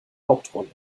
hauptrolle